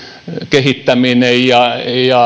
kehittäminen ja